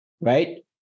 right